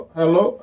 hello